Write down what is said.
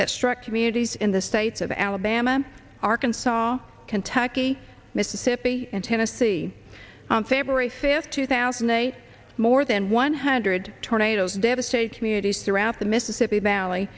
that struck communities in the state of alabama arkansas kentucky mississippi and tennessee on february fifth two thousand they more than one hundred tornadoes devastate communities throughout the mississippi valley